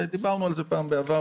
ודיברנו על זה פעם בעבר,